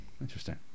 interesting